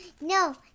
no